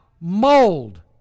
mold